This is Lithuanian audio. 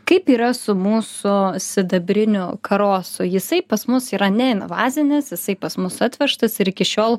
kaip yra su mūsų sidabriniu karosu jisai pas mus yra neinvazinis jisai pas mus atvežtas ir iki šiol